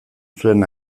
zuen